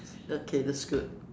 okay that's good